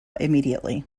immediately